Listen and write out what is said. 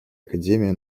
академия